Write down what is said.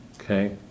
okay